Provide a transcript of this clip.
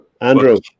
Andrew